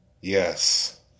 Yes